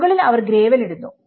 മുകളിൽ അവർ ഗ്രേവൽ ഇടുന്നു